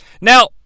Now